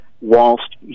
whilst